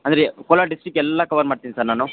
ಅಂದರೆ ಕೋಲಾರ್ ಡಿಸ್ಟಿಕ್ ಎಲ್ಲ ಕವರ್ ಮಾಡ್ತೀನಿ ಸರ್ ನಾನು